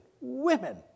women